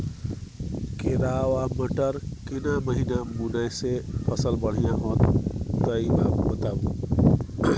केराव आ मटर केना महिना बुनय से फसल बढ़िया होत ई बताबू?